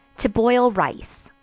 to boil rice.